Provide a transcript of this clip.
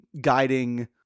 guiding